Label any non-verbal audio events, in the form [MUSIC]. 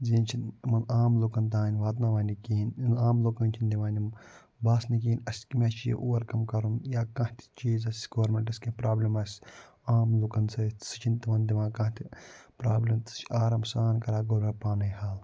زِ یہِ چھِنہٕ یِمن عام لُکن تام واتناوان یہِ کِہیٖنۍ [UNINTELLIGIBLE] عام لُکن چھِنہٕ دِوان یِم باسنہٕ کِہیٖنۍ اَسہِ کہِ مےٚ چھِ یہِ اوٚوَر کَم کَرُن یا کانٛہہ تہِ چیٖز آسہِ گورمٮ۪نٛٹَس کیٚنٛہہ پرٛابلِم آسہِ عام لُکن سۭتۍ سُہ چھِنہٕ تِمَن دِوان کانٛہہ تہِ پرٛابلِم سُہ چھِ آرام سان کَران گورمٮ۪نٛٹ پانَے حل